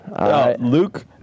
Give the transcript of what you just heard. Luke